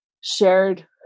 shared